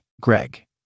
Greg